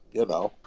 you know?